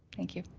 thank you.